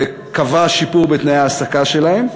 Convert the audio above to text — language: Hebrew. ואשר קבע שיפור בתנאי ההעסקה שלהם,